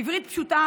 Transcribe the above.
בעברית פשוטה